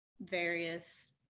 various